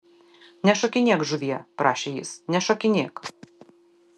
nešokinėk žuvie prašė jis nešokinėk